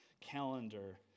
calendar